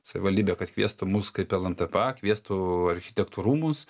savivaldybę kad kviestų mus kaip lntpa kviestų architektų rūmus